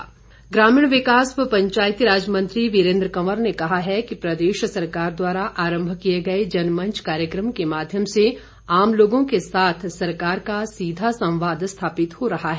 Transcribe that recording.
वीरेन्द्र कंवर ग्रामीण विकास व पंचायतीराज मंत्री वीरेन्द्र कवर ने कहा है कि प्रदेश सरकार द्वारा आरंभ किए गए जनमंच कार्यक्रम के माध्यम से आम लोगों के साथ सरकार का सीधा संवाद स्थापित हो रहा है